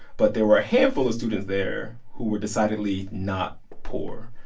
but there were a handful of students there who were decidedly not poor.